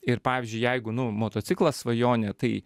ir pavyzdžiui jeigu nu motociklas svajonė tai